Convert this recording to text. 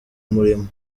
murimo